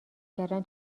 کردن